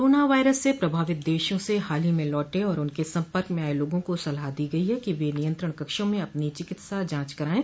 corona virus से प्रभावित देशों से हाल ही में लौटे और उनके सम्पर्क में आए लोगों को सलाह दी गई है कि वे नियंत्रण कक्षों में अपनी चिकित्सा जांच करवाएं